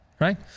right